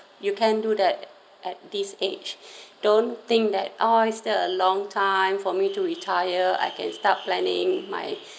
you can do that at this age don't think that oh it's still a long time for me to retire I can start planning my